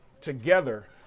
together